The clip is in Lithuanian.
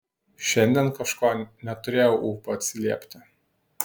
šiandien kažko neturėjau ūpo atsiliepti